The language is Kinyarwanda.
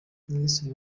minisitiri